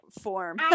form